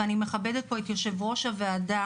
ואני מכבדת את יושב-ראש הוועדה